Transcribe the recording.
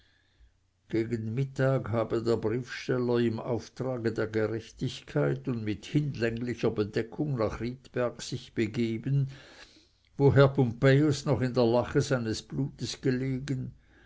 gegen mittag habe der briefsteller im auftrage der gerechtigkeit und mit hinlänglicher bedeckung nach riedberg sich begeben wo herr pompejus noch in der lache seines blutes gelegen